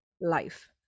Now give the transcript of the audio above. life